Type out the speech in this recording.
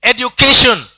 Education